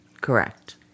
Correct